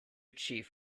chief